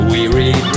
Weary